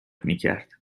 میکرد